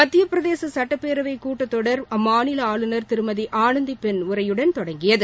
மத்திய பிரதேச சுட்டப்பேரவை பட்ஜெட் கூட்டத்தொடர் அம்மாநில ஆளுநர் திருமதி ஆனந்திபென் உரையுடன் தொடங்கியது